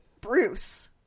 Bruce